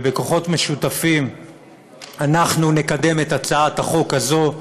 ובכוחות משותפים אנחנו נקדם את הצעת החוק הזאת,